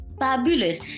fabulous